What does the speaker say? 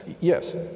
Yes